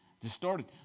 Distorted